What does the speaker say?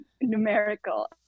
numerical